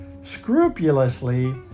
scrupulously